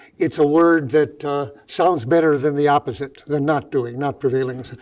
it's a word that sounds better than the opposite, than not doing, not prevailing.